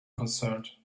concerned